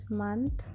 month